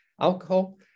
alcohol